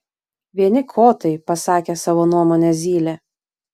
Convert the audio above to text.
vieni kotai pasakė savo nuomonę zylė